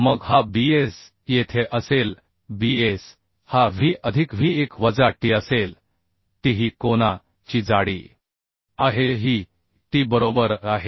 मग हा Bs येथे असेल Bs हा W अधिक W1 वजा t असेल t ही कोना ची जाडी आहे ही t बरोबर आहे